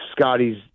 Scotty's